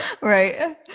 right